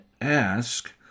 ask